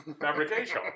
Fabrication